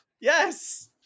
Yes